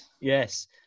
Yes